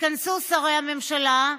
התכנסו שרי הממשלה,